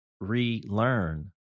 relearn